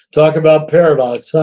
talk about paradox,